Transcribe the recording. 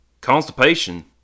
constipation